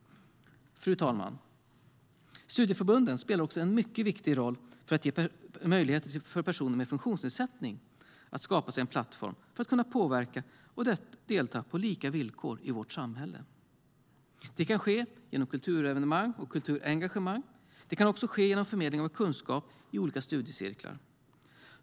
Fru talman! Studieförbunden spelar också en mycket viktig roll för att ge möjligheter för personer med funktionsnedsättning att skapa sig en plattform för att kunna påverka och delta på lika villkor i vårt samhälle. Det kan ske genom kulturevenemang och kulturengagemang. Det kan också ske genom förmedling av kunskap i olika studiecirklar.